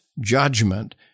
judgment